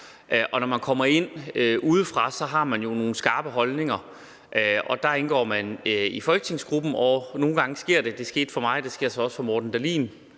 mig. Når man kommer ind udefra, har man jo nogle skarpe holdninger, og der indgår man i folketingsgruppen, og nogle gange sker det – det skete for mig, og det sker så også for hr. Morten Dahlin